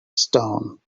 stone